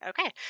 okay